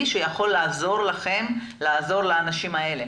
שיכול לעזור לכם לעזור לאנשים האלה.